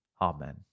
Amen